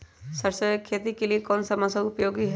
सरसो की खेती के लिए कौन सा मौसम उपयोगी है?